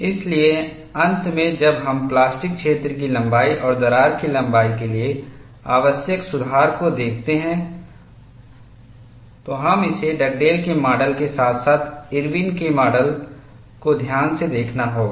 इसलिए अंत में जब हम प्लास्टिक क्षेत्र की लंबाई और दरार की लंबाई के लिए आवश्यक सुधार को देखते हैं तो हमें इसे डगडेल के माडल के साथ साथ इरविनIrwin's के माडल को ध्यान से देखना होगा